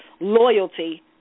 loyalty